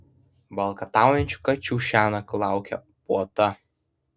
valkataujančių kačių šiąnakt laukia puota